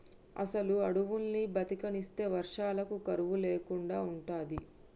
అసలు అడువుల్ని బతకనిస్తే వర్షాలకు కరువు లేకుండా ఉంటది